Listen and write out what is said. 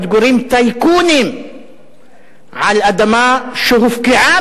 מתגוררים טייקונים על אדמה שהופקעה